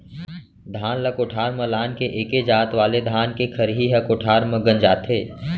धान ल कोठार म लान के एके जात वाले धान के खरही ह कोठार म गंजाथे